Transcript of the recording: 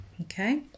Okay